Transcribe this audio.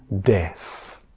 death